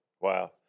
Wow